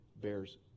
bears